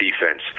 defense